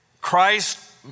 Christ